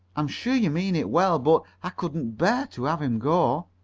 i'm sure you mean it well, but i couldn't bear to have him go.